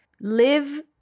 Live